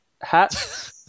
hat